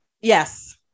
yes